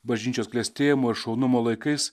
bažnyčios klestėjimo ir šaunumo laikais